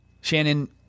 Shannon